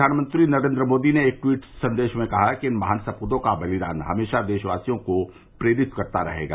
प्रधानमंत्री नरेन्द्र मोदी ने एक ट्वीट में कहा कि इन महान सपूतों का बलिदान हमेशा देशवासियों को प्रेरित करता रहेगा